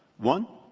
one,